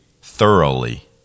thoroughly